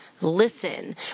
listen